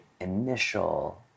initial